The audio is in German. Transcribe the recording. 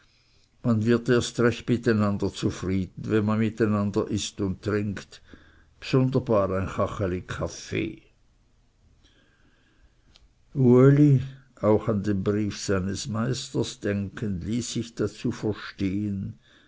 man wird erst recht mit einander zufrieden wenn man mit einander ißt und trinkt bsunderbar ein kacheli kaffee uli auch an den brief seines meisters denkend ließ sich dazu verstehen